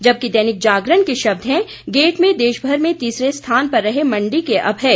जबकि दैनिक जागरण के शब्द हैं गेट में देशमर में तीसरे स्थान पर रहे मंडी के अभय